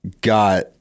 got